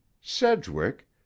sedgwick